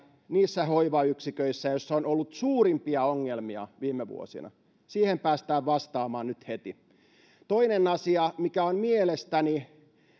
niissä hoivayksiköissä joissa on ollut suurimpia ongelmia viime vuosina siihen päästään vastaamaan nyt heti toinen asia mikä on mielestäni